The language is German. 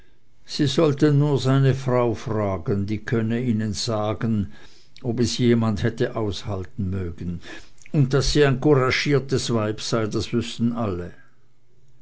sie sollten nur seine frau fragen die könne ihnen sagen ob es jemand hätte aushalten mögen und daß die ein kuraschiertes weib sei wüßten alle